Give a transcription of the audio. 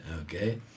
Okay